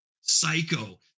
psycho